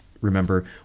remember